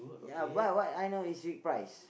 ya what what I know is with prize